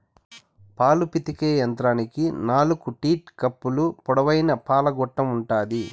పాలు పితికే యంత్రానికి నాలుకు టీట్ కప్పులు, పొడవైన పాల గొట్టం ఉంటాది